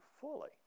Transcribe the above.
fully